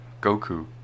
Goku